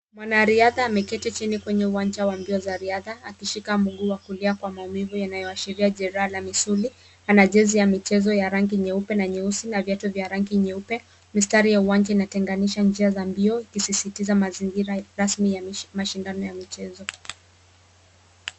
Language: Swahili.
Mwanariadha ameketi chini kwenye uwanja wa mbio za riadha akishika mguu wa kulia kwa maumivu yanayoashiria jeraha la misuli. Ana jezi ya michezo ya rangi nyeupe na nyeusi na viatu ya rangi nyeupe. Mistari ya uwanja inatenganisha njia za mbio ikisisitiza mazingira rasmi ya mashindano ya michezo.